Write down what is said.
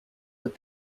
but